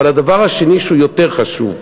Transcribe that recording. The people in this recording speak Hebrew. אבל הדבר השני, שהוא יותר חשוב,